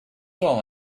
all